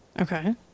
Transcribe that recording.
Okay